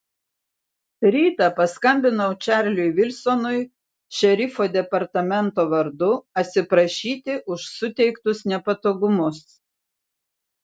rytą paskambinau čarliui vilsonui šerifo departamento vardu atsiprašyti už suteiktus nepatogumus